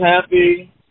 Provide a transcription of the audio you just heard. happy